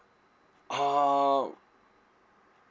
uh